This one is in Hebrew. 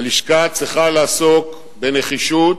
הלשכה צריכה לעסוק בנחישות